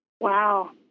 Wow